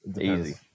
Easy